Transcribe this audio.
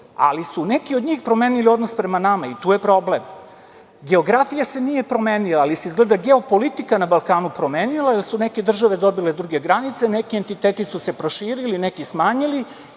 ali su neki od njih promenili odnos sa nama i tu je problem. Geografija se nije promenila, ali se izgleda geopolitika na Balkanu promenila i onda su neke države dobile druge granice, neki entiteti su se proširili, neki smanjili